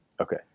Okay